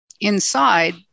inside